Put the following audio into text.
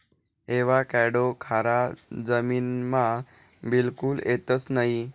avocado खारा जमीनमा बिलकुल येतंस नयी